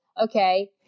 okay